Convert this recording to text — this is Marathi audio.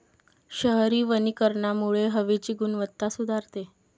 शहरी वनीकरणामुळे हवेची गुणवत्ता सुधारते